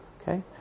Okay